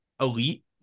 elite